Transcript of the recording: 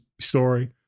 story